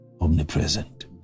omnipresent